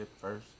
first